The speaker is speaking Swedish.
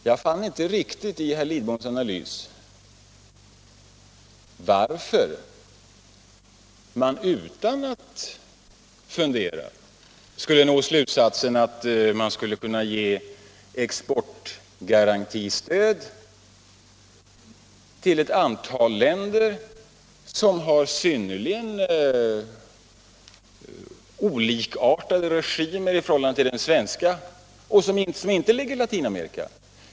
Jag fann inte riktigt i herr Lidboms analys varför man utan att fundera skulle nå slutsatsen att man skulle ge exportgarantistöd till ett antal länder som har synnerligen olikartade regimer i förhållande till den svenska och som inte liggér i Latinamerika.